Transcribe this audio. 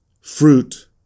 fruit